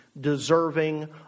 deserving